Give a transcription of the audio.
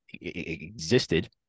existed